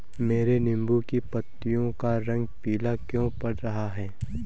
मेरे नींबू की पत्तियों का रंग पीला क्यो पड़ रहा है?